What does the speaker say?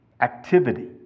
activity